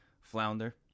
flounder